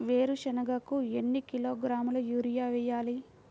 వేరుశనగకు ఎన్ని కిలోగ్రాముల యూరియా వేయాలి?